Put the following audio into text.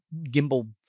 gimbal